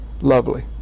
Lovely